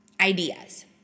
ideas